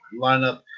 lineup